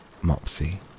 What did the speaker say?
Mopsy